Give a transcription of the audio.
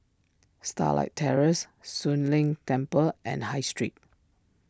Starlight Terrace Soon Leng Temple and High Street